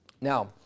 Now